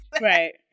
Right